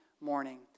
morning